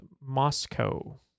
Moscow